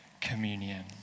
communion